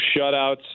shutouts